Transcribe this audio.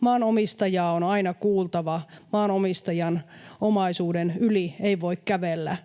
Maanomistajaa on aina kuultava, maanomistajan omaisuuden yli ei voi kävellä.